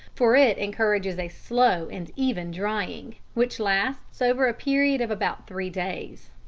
for it encourages a slow and even drying, which lasts over a period of about three days.